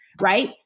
right